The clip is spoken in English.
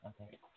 Okay